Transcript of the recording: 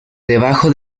debajo